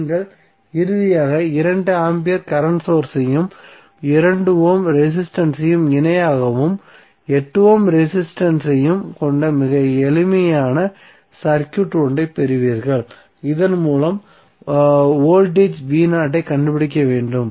நீங்கள் இறுதியாக 2 ampere current source ஐயும் 2 ஓம் ரெசிஸ்டன்ஸ் ஐயும் இணையாகவும் 8 ஓம் ரெசிஸ்டன்ஸ் ஐயும் கொண்ட மிக எளிமையான சர்க்யூட் ஒன்றைப் பெறுவீர்கள் இதன் மூலம் வோல்டேஜ் ஐக் கண்டுபிடிக்க வேண்டும்